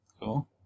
Cool